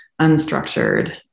unstructured